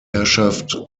herrschaft